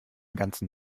ganzen